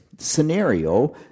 scenario